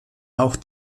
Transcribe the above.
auch